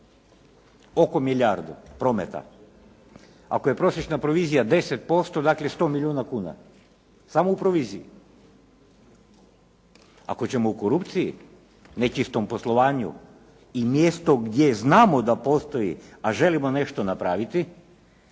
oko milijardu prometa. Ako je prosječna provizija 10% dakle 100 milijuna kuna samo u proviziji. Ako ćemo u korupciji, nečistom poslovanju i mjestu gdje znamo da postoji a želimo nešto napraviti